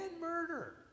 murder